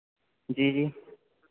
जी जी